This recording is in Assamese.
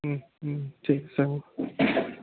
ঠিক আছে